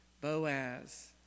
Boaz